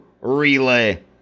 relay